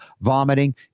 vomiting